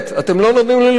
אתם לא נותנים לי לישון,